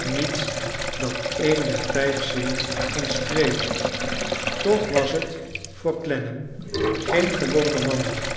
niets dat een der vijf zinnen kon streelen toch was net voor clennam geen gewone wandeling